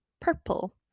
Purple